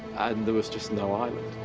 and there was just no island.